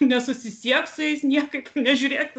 nesusisiek su jais niekaip nežiūrėk